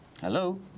Hello